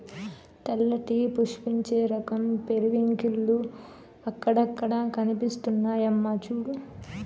తెల్లటి పుష్పించే రకం పెరివింకిల్లు అక్కడక్కడా కనిపిస్తున్నాయమ్మా చూడూ